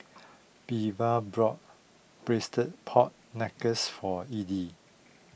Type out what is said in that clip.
Belva brought Braised Pork Knuckles for E D